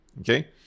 Okay